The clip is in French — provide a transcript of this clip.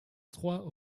trois